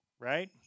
right